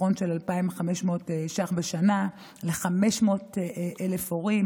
חיסכון של 2,500 ש"ח בשנה ל-500,000 הורים,